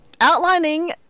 outlining